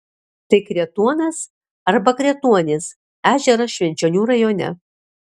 tai kretuonas arba kretuonis ežeras švenčionių rajone